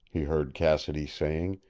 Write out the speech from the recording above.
he heard cassidy saying.